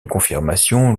confirmation